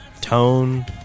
tone